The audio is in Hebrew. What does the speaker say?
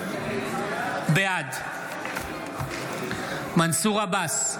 בעד מנסור עבאס,